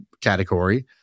category